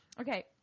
Okay